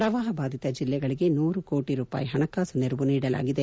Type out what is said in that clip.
ಪ್ರವಾಹ ಬಾಧಿತ ಜಿಲ್ಲೆಗಳಿಗೆ ನೂರು ಕೋಟ ರೂಪಾಯಿ ಹಣಕಾಸು ನೆರವು ನೀಡಲಾಗಿದೆ